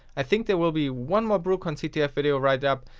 i think there will be one more brucon ctf video write-up.